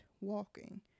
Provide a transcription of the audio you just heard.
walking